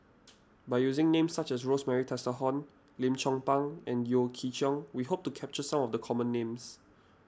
by using names such as Rosemary Tessensohn Lim Chong Pang and Yeo Chee Kiong we hope to capture some of the common names